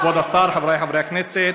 כבוד השר, חברי חברי הכנסת,